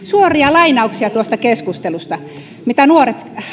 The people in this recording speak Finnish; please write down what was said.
lainaus tuosta keskustelusta siitä mitä nuoret